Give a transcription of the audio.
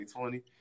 2020